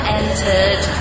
entered